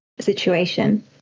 situation